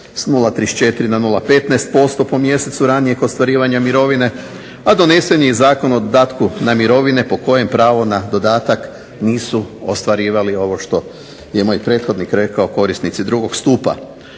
s 0,34 na 0,15% po mjesecu ranijeg ostvarivanja mirovine, a donesen je i Zakon o dodatku na mirovine po kojem pravo na dodatak nisu ostvarivali ovo što je moj prethodnik rekao korisnici 2. Stupa.